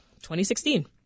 2016